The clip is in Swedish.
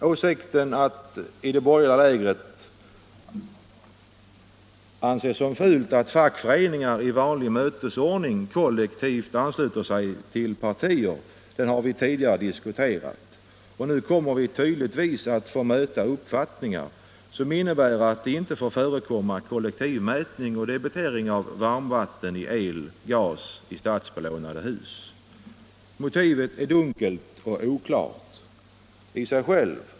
Åsikten att det i det borgerliga lägret anses som fult att fackföreningar i vanlig mötesordning kollektivt ansluter sig till partier har vi tidigare diskuterat, och nu kommer vi tydligen att få möta uppfattningar som innebär att det inte får förekomma kollektiv mätning och debitering av varmvatten, el och gas i statsbelånade hus. Motivet för att införa de föreslagna reglerna är dunkelt och oklart i sig självt.